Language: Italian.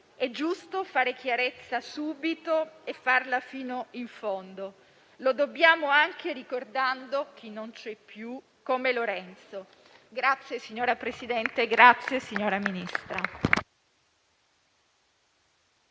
è giusto fare chiarezza subito e farla fino in fondo. Lo dobbiamo anche ricordando chi non c'è più, come Lorenzo. Grazie, signora Presidente; grazie, signora Ministra.